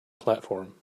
platform